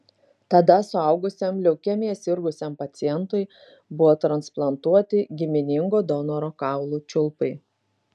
tada suaugusiam leukemija sirgusiam pacientui buvo transplantuoti giminingo donoro kaulų čiulpai